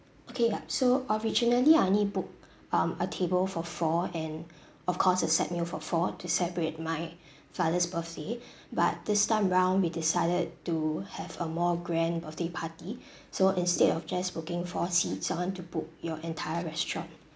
okay yup so originally I only book um a table for four and of course a set meal for four to celebrate my father's birthday but this time round we decided to have a more grand birthday party so instead of just booking four seats I want to book your entire restaurant